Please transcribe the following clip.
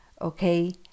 okay